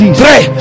three